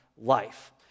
life